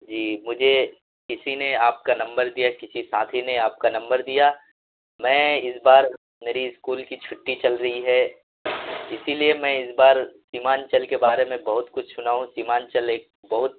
جی مجھے کسی نے آپ کا نمبر دیا کسی ساتھی نے آپ کا نمبر دیا میں اس بار میری اسکول کی چھٹی چل رہی ہے اسی لیے میں اس بار سیمانچل کے بارے میں بہت کچھ سنا ہوں سیمانچل ایک بہت